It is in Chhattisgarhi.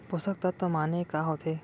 पोसक तत्व माने का होथे?